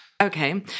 okay